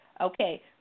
Okay